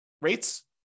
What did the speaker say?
rates